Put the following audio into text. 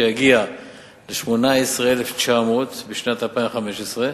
שיגיע ל-18,900 בשנת 2015,